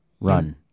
Run